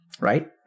Right